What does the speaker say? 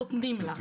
נותנים לך.